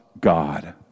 God